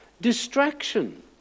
Distraction